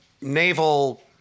Naval